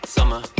Summer